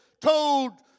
told